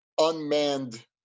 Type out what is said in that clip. unmanned